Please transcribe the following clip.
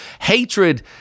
hatred